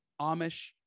Amish